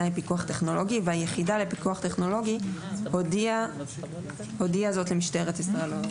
פיקוח טכנולוגי" והיחידה לפיקוח טכנולוגי הודיעה זאת למשטרת ישראל.